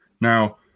Now